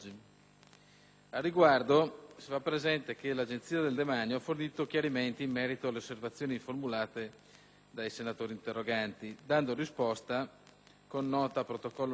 Al riguardo, si fa presente che l'Agenzia del demanio ha fornito chiarimenti in merito alle osservazioni formulate dai senatori interroganti, dando risposta con nota (protocollo n.